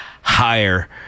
higher